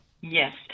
Yes